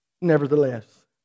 nevertheless